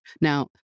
Now